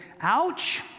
Ouch